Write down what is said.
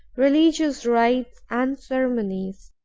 religious rites and ceremonies